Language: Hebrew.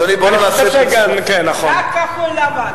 רק כחול-לבן.